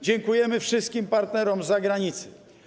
Dziękujemy wszystkim partnerom z zagranicy.